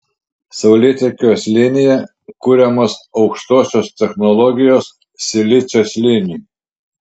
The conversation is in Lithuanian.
saulėtekio slėnyje kuriamos aukštosios technologijos silicio slėniui